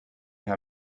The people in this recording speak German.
herr